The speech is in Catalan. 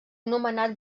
nomenat